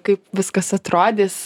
kaip viskas atrodys